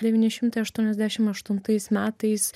devyni šimtai aštuoniasdešimt aštuntais metais